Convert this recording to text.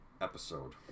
episode